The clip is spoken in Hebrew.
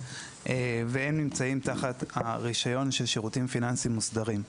והם נמצאים תחת הרישיון של שירותים פיננסיים מוסדרים.